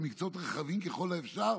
למקצועות רחבים ככל האפשר.